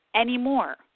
anymore